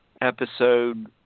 episode